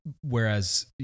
Whereas